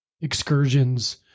excursions